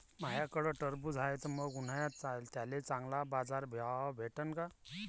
माह्याकडं टरबूज हाये त मंग उन्हाळ्यात त्याले चांगला बाजार भाव भेटन का?